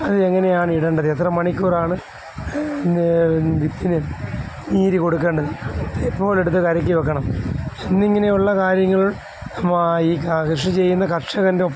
അതെങ്ങനെയാണ് ഇടേണ്ടത് എത്ര മണിക്കൂറാണ് പിന്നേ വിത്തിന് നീര് കൊടുക്കേണ്ടത് എപ്പോഴെടുത്ത് കലക്കി വെക്കണം എന്നിങ്ങനെയുള്ള കാര്യങ്ങൾ ഈ കൃഷി ചെയ്യുന്ന കർഷകൻ്റെ ഒപ്പം